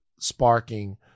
sparking